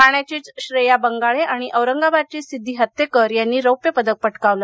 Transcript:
ठाण्याचीच श्रेया बंगाळे आणि औरंगाबादची सिद्धी हत्तेकर यांनी रौप्यपदक पटकावलं